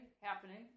happening